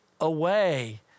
away